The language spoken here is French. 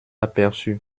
aperçu